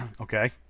Okay